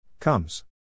Comes